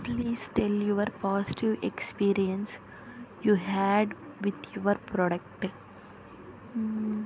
please tell your positive experience you had with your product